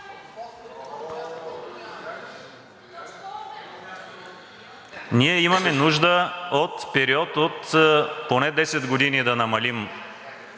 Ние имаме нужда от период от поне 8 – 10 години да намалим